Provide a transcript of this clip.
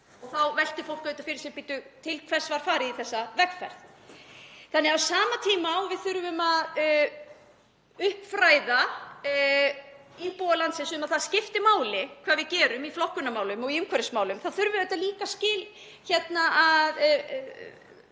Þá veltir fólk því auðvitað fyrir sér: Bíddu, til hvers var farið í þessa vegferð? Þannig að á sama tíma og við þurfum að uppfræða íbúa landsins um að það skipti máli hvað við gerum í flokkunarmálum og í umhverfismálum þá þurfum við auðvitað líka að